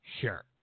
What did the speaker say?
Sure